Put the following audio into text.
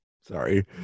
sorry